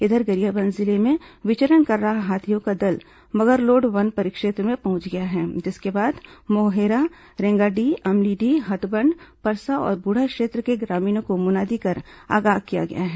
इधर गरियाबंद जिले में विचरण कर रहा हाथियों का दल मगरलोड वन परिक्षेत्र में पहुंच गया है जिसके बाद मोहेरा रेंगाडीह अमलीडीह हथबंड परसा और ब्रुढ़ा क्षेत्र के ग्रामीणों को मुनादी कर आगाह किया गया है